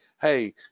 hey